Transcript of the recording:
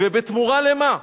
ובתמורה למה?